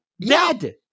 Dead